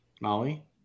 Molly